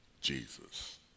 Jesus